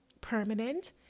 permanent